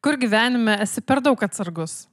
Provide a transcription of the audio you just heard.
kur gyvenime esi per daug atsargus